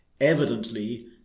Evidently